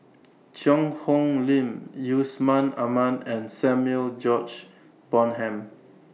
Cheang Hong Lim Yusman Aman and Samuel George Bonham